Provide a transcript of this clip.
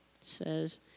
says